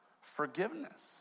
Forgiveness